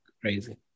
crazy